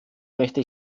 möchte